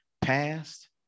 past